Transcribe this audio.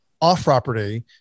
off-property